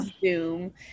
zoom